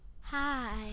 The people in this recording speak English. Hi